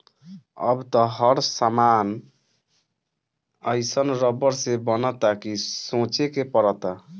अब त हर सामान एइसन रबड़ से बनता कि सोचे के पड़ता